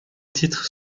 titres